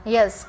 Yes